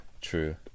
true